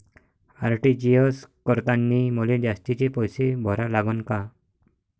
RTGS करतांनी मले जास्तीचे पैसे भरा लागन का?